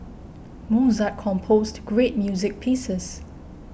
Mozart composed great music pieces